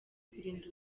kurinda